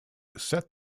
set